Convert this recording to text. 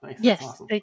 Yes